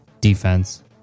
defense